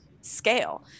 scale